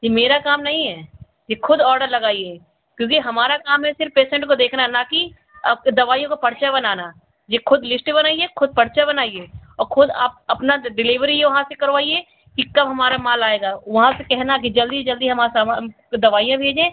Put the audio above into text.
यह मेरा काम नहीं है यह ख़ुद ऑर्डर लगाइए क्योंकि हमारा काम है सिर्फ पेशेन्ट को देखना ना कि दवाइयों का पर्चा बनाना यह ख़ुद लिस्ट बनाइए ख़ुद पर्चा बनाइए और ख़ुद आप अपना डिलीवरी वहाँ से करवाइए कि कब हमारा माल आएगा वहाँ से कहना कि जल्दी जल्दी हमारा सामान दवाइयाँ भेजें